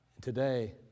today